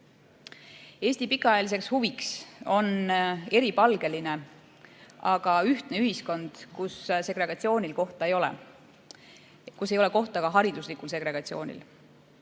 Eesti pikaajaline huvi on eripalgeline, aga ühtne ühiskond, kus segregatsioonil kohta ei ole, kus ei ole kohta ka hariduslikul segregatsioonil.